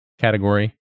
category